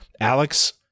Alex